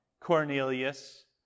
Cornelius